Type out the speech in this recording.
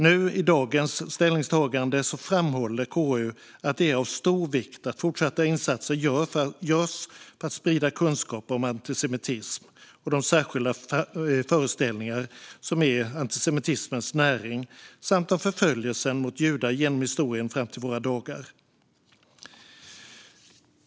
I dagens ställningstagande framhåller KU att det är av stor vikt att fortsatta insatser görs för att sprida kunskap om antisemitism och de särskilda föreställningar som är antisemitismens näring samt om förföljelsen mot judar genom historien och fram till våra dagar.